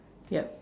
yup